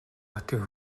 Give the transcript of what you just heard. хотын